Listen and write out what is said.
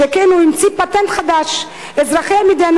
שכן הוא המציא פטנט חדש: אזרחי המדינה